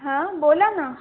हां बोला ना